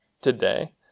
today